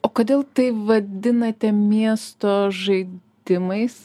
o kodėl tai vadinate miesto žaidimais